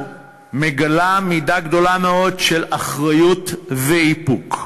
מגלה מידה גדולה מאוד של אחריות ואיפוק.